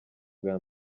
bwa